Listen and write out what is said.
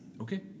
Okay